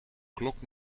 klok